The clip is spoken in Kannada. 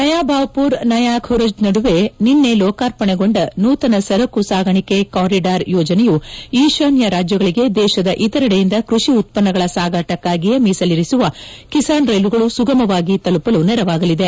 ನಯಾಬಾವ್ಪುರ್ ನಯಾ ಖುರ್ಜ ನಡುವೆ ನಿನ್ನೆ ಲೋಕಾರ್ಪಣೆಗೊಂಡ ನೂತನ ಸರಕು ಸಾಗಾಣಿಕೆ ಕಾರಿಡಾರ್ ಯೋಜನೆಯು ಈಶಾನ್ಯ ರಾಜ್ಯಗಳಿಗೆ ದೇಶದ ಇತರೆಡೆಯಿಂದ ಕೃಷಿ ಉತ್ಪನ್ನಗಳ ಸಾಗಾಟಕ್ಕಾಗಿಯೇ ಮೀಸಲಿರುವ ಕಿಸಾನ್ ರೈಲುಗಳು ಸುಗಮವಾಗಿ ತಲುಪಲು ನೆರವಾಗಲಿದೆ